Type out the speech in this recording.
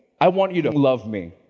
i want you to love me.